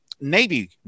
Navy